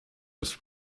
was